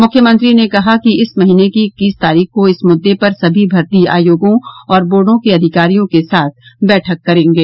मुख्यमंत्री ने कहा कि इस महीने की इक्कीस तारीख को इस मुद्दे पर सभी भर्ती आयोगों और बोर्डो के अधिकारयों के साथ बैठक करेंगे